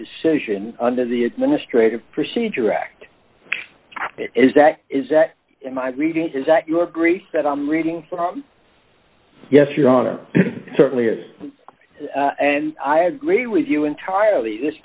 decision under the administrative procedure act is that is that in my reading says that you agree that i'm reading from yes your honor certainly is and i agree with you entirely this